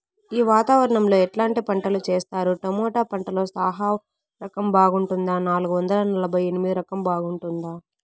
ఈ వాతావరణం లో ఎట్లాంటి పంటలు చేస్తారు? టొమాటో పంటలో సాహో రకం బాగుంటుందా నాలుగు వందల నలభై ఎనిమిది రకం బాగుంటుందా?